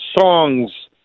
songs